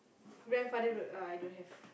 grandfather road uh I don't have